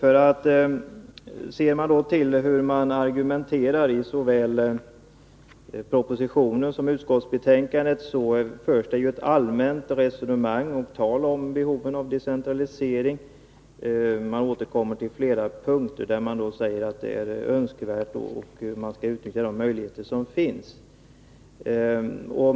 Om vi ser på hur man argumenterar i såväl propositionen som utskottsbetänkandet finner vi att det där förs ett allmänt resonemang om behovet av decentralisering. Man återkommer på fler punkter till att det är önskvärt och säger att man skall utnyttja de möjligheter som finns.